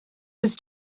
was